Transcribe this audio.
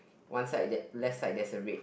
one side that left side there's a red